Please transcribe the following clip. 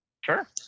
Sure